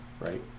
Right